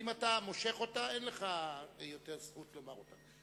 אם אתה מושך אותה, אין לך זכות עוד לומר אותה.